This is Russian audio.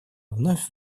вновь